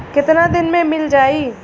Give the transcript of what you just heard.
कितना दिन में मील जाई?